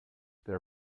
their